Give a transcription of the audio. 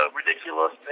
ridiculous